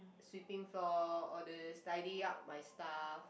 sweeping floor all these tidy up my stuff